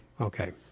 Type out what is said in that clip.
okay